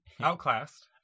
Outclassed